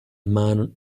man